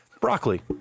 Broccoli